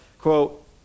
quote